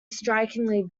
strikingly